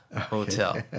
hotel